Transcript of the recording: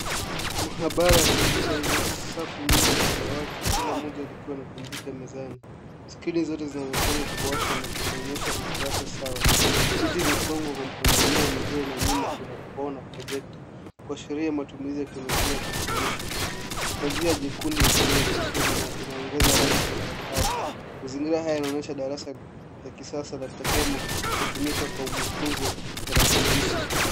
Maabara ya kompyuta yenye safu nyingi za dawati kila moja likiwa na kompyuta mezani. Skrini zote zinaonekana kuwashwa na zinaonyesha kurasa sawa. Viti vimepangwa kwa mpangilio mzuri na nyuma bao na projector[s] kuashiria matumizi ya teknolojia kwa kufundisha. Pazia jekundu upande wa kushoto linapngeza rangi angavu. Mazingira haya yanaonyesha darasa la kisasa la tehema hutumika kwa mafunzo ya tarakilishi.